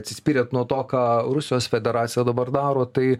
atsispyrėt nuo to ką rusijos federacija dabar daro tai